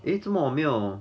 eh 做么我没有